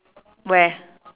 where